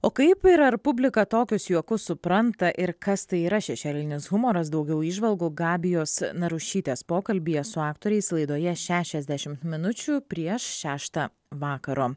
o kaip yra ar publika tokius juokus supranta ir kas tai yra šešėlinis humoras daugiau įžvalgų gabijos narušytės pokalbyje su aktoriais laidoje šešiasdešimt minučių prieš šeštą vakaro